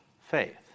faith